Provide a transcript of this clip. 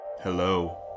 Hello